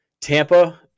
Tampa